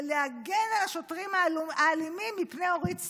להגן על השוטרים האלימים מפני אורית סטרוק.